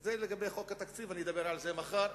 זה לגבי חוק התקציב, אני אדבר על זה מחר.